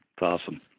awesome